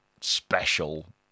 special